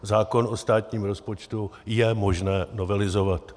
Zákon o státním rozpočtu je možné novelizovat.